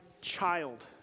child